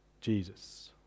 Jesus